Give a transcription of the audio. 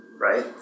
right